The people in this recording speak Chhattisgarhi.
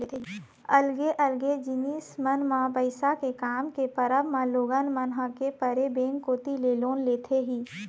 अलगे अलगे जिनिस मन म पइसा के काम के परब म लोगन मन ह के परे बेंक कोती ले लोन लेथे ही